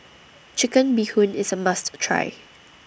Chicken Bee Hoon IS A must Try